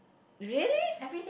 really